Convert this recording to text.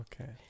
okay